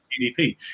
GDP